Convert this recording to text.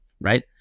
right